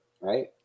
right